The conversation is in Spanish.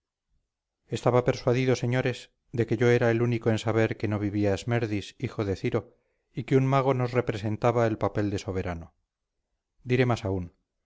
estaba persuadido señores de que yo era el único en saber que no vivía esmerdis hijo de ciro y que un mago nos representaba el papel de soberano diré más aun